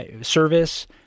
service